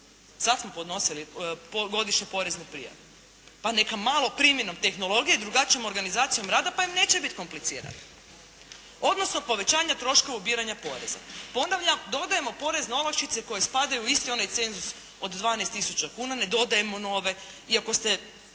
Sad smo podnosili godišnje porezne prijave, pa neka malo primjenom tehnologije, drugačijom organizacijom rada pa im neće biti komplicirano, odnosno povećanja troška ubiranja poreza. Ponavljam, dodajemo porezne olakšice koje spadaju u isti onaj cenzus od 12 tisuća kuna, ne dodajemo nove